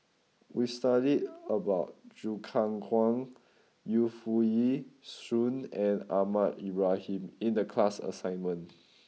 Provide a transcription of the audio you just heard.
we studied about Choo Keng Kwang Yu Foo Yee Shoon and Ahmad Ibrahim in the class assignment